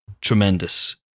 tremendous